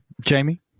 jamie